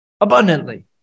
abundantly